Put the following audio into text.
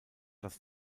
das